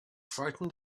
frightened